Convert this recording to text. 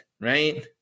right